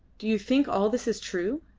do you think all this is true?